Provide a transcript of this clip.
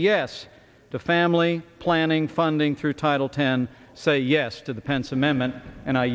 yes to family planning funding through title ten say yes to the